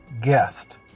guest